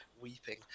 weeping